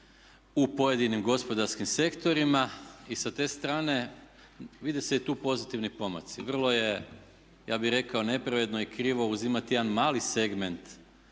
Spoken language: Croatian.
u pojedinim gospodarskim sektorima. I sa te strane vide se i tu pozitivni pomaci. Vrlo je ja bih rekao nepravedno i krivo uzimati jedan mali segment